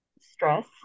stress